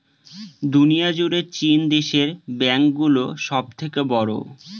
দুনিয়া জুড়ে চীন দেশের ব্যাঙ্ক গুলো সব থেকে বড়ো